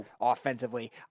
offensively